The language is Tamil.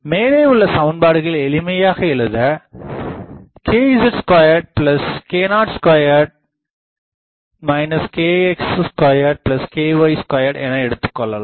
மேலே உள்ள சமன்பாடுகளை எளிமையாக எழுத kz2k02 kx2ky2 என எடுத்துக்கொள்ளலாம்